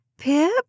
Pip